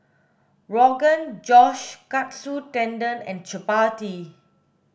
Rogan Josh Katsu Tendon and Chapati